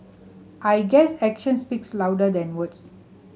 I guess action speaks louder than words